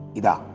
ida